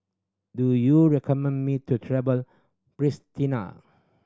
do you recommend me to travel Pristina